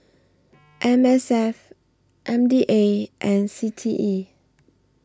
M S F M D A and C T E